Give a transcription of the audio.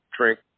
drink